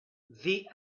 the